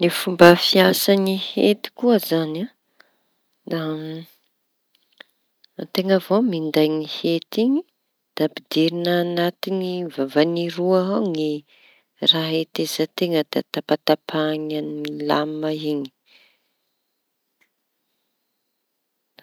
Ny fomba fiasany hety koa zañy da teña avao minday ny hety iñy. Da ampidiriña añatiny vavañy roa ao ny raha heteza-teña da tapatapahiny lama iñy lame.